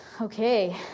Okay